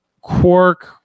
Quark